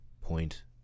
point